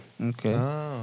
Okay